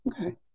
Okay